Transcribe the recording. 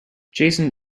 jason